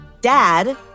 dad